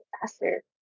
faster